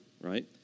right